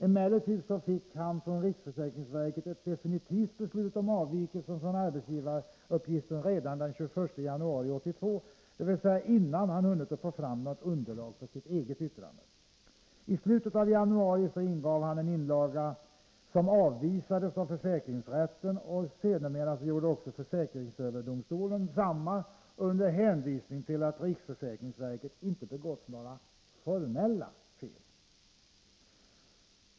Emellertid fick A från riksförsäkringsverket ett definitivt beslut om avvikelse från arbetsgivaruppgiften redan den 21 januari 1982, dvs. innan han hunnit få fram något underlag för sitt eget yttrande. I slutet av januari ingav A en inlaga som avvisades av såväl försäkringsrätten som sedermera försäkringsöverdomstolen, under hänvisning till att riksförsäkringsverket inte hade begått några formella fel.